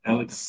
Alex